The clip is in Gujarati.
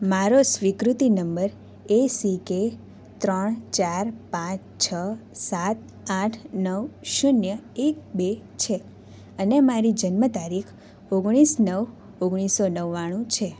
મારો સ્વીકૃતિ નંબર એસિકે ત્રણ ચાર પાંચ છ સાત આઠ નવ શૂન્ય એક બે છે અને મારી જન્મ તારીખ ઓગણીસ નવ ઓગણીસ સો નવ્વાણું છે